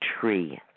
tree